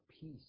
peace